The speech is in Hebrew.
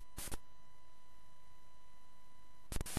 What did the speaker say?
פוצה פה